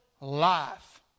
life